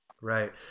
Right